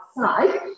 outside